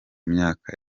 myaka